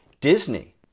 Disney